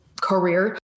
career